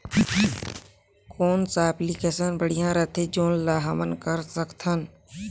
कौन सा एप्लिकेशन बढ़िया रथे जोन ल हमन कर सकथन?